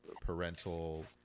parental